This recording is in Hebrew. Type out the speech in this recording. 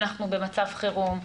אנחנו במצב חירום,